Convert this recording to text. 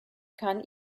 kann